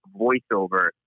voiceover